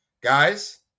Guys